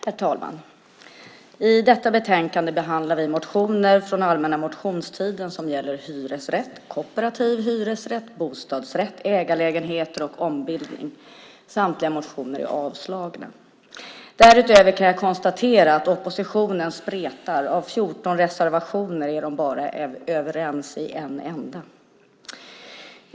Herr talman! I detta betänkande behandlar vi motioner från allmänna motionstiden som gäller hyresrätt, kooperativ hyresrätt, bostadsrätt, ägarlägenheter och ombildning. Samtliga motioner är avstyrkta. Därutöver kan jag konstatera att oppositionen spretar, av 14 reservationer är den bara överens om en enda.